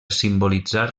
simbolitzar